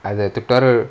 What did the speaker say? at the tutorial